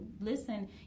Listen